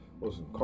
listen